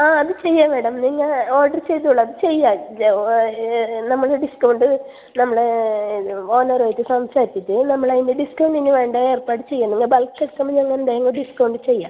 ആ അത് ചെയ്യാം മേഡം നിങ്ങൾ ഓർഡർ ചെയ്തോളൂ അത് ചെയ്യാം നമ്മൾ ഡിസ്കൗണ്ട് നമ്മൾ ഓണറുമായിട്ട് സംസാരിച്ചിട്ട് നമ്മൾ അതിൻ്റെ ഡിസ്കൗണ്ടിന് വേണ്ട ഏർപ്പാട് ചെയ്യാം നിങ്ങൾ ബൾക്ക് എടുക്കുമ്പോൾ ഞങ്ങൾ എന്തായാലും ഡിസ്കൗണ്ട് ചെയ്യാം